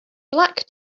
black